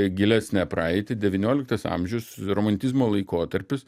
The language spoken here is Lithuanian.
gilesnę praeitį devynioliktas amžius romantizmo laikotarpis